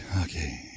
Okay